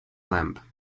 lamp